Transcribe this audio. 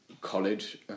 college